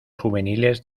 juveniles